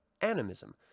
Animism